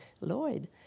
Lloyd